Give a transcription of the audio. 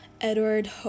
Edward